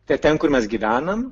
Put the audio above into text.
te ten kur mes gyvenam